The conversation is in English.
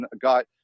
got